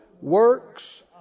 works